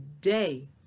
day